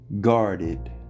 guarded